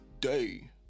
day